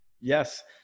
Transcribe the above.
Yes